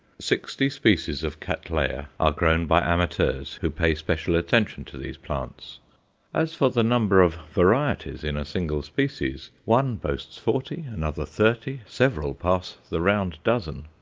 sixty species of cattleya are grown by amateurs who pay special attention to these plants as for the number of varieties in a single species, one boasts forty, another thirty, several pass the round dozen.